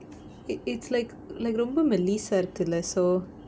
it it's like like ரொம்ப மெல்லிசா இருக்குல:romba mellisaa irukkula so